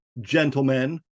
gentlemen